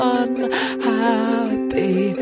unhappy